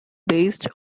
based